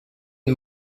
une